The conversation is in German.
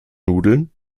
nudeln